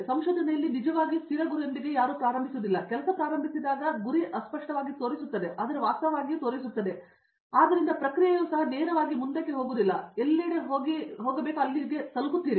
ಸಂಶೋಧನೆಯಲ್ಲಿ ನೀವು ನಿಜವಾಗಿಯೂ ಸ್ಥಿರ ಗುರಿಯೊಂದಿಗೆ ಪ್ರಾರಂಭಿಸುವುದಿಲ್ಲ ನೀವು ಕೆಲಸ ಪ್ರಾರಂಭಿಸಿದಾಗ ನಿಮ್ಮ ಗುರಿ ವಾಸ್ತವವಾಗಿ ತೋರಿಸುತ್ತದೆ ಆದ್ದರಿಂದ ಪ್ರಕ್ರಿಯೆಯು ಸಹ ನೇರವಾಗಿ ಮುಂದಕ್ಕೆ ಅಲ್ಲ ನೀವು ಎಲ್ಲೆಡೆ ಹೋಗಿ ಅಲ್ಲಿಗೆ ತಲುಪುತ್ತೀರಿ